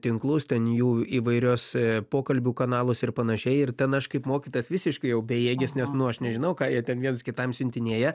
tinklus ten jų įvairios pokalbių kanalus ir panašiai ir ten aš kaip mokytojas visiškai jau bejėgis nes nu aš nežinau ką jie ten viens kitam siuntinėja